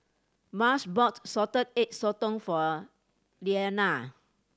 Marsh bought Salted Egg Sotong for Lyana